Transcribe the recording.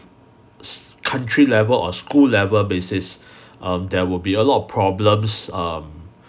s~ country level or school level basis um there will be a lot of problems um